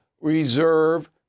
reserve